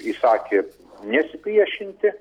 įsakė nesipriešinti